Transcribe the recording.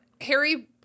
Harry